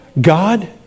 God